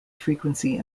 frequency